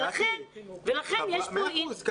ולכן יש --- מאה אחוז.